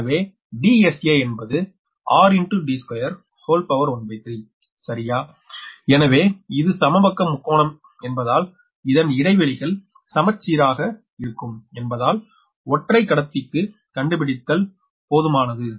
எனவே DSA என்பது ⅓ சரியா எனவே இது சமபக்க முக்கோணம் என்பதால் இதன் இடைவெளிகள் சமசீராக இருக்கும் என்பதால் ஒற்றை கடத்திக்கு கண்டுபிடித்தல் போதுமானது